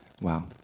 Wow